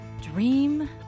dream